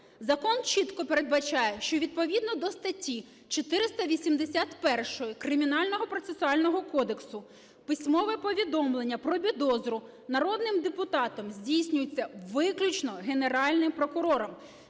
Закон чітко передбачає, що відповідно до статті 481 Кримінального процесуального кодексу письмове повідомлення про підозру народним депутатам здійснюється виключно Генеральним прокурором.